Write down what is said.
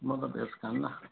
म त भेज खान्नँ